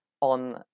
on